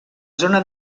zona